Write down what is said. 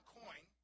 coin